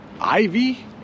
ivy